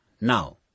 Now